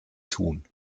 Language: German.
tun